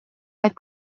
vaid